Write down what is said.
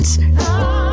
answer